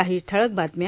काही ठळक बातम्या